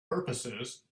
purposes